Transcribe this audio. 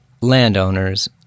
landowners